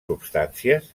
substàncies